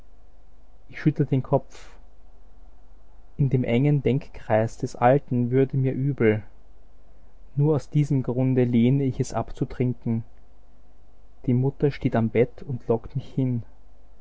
ich schüttle den kopf in dem engen denkkreis des alten würde mir übel nur aus diesem grunde lehne ich es ab zu trinken die mutter steht am bett und lockt mich hin